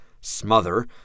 smother